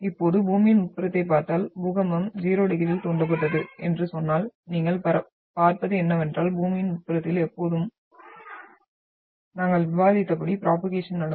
இப்போது பூமியின் உட்புறத்தைப் பார்த்தால் பூகம்பம் 0 டிகிரியில் தூண்டப்பட்டது என்று சொன்னால் நீங்கள் பார்ப்பது என்னவென்றால் பூமியின் உட்புறத்தில் எப்போதும் என்று நாங்கள் விவாதித்தபடி ப்ரோபோகேஷன் நடக்கும்